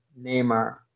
Neymar